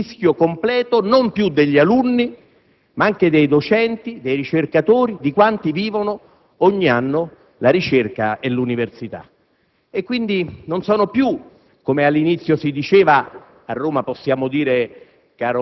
più a manifestazioni nelle università italiane, perché rischiate il fischio completo non più solo degli alunni, ma anche dei docenti, dei ricercatori, di quanti vivono ogni anno la ricerca e l'università.